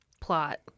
plot